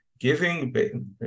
giving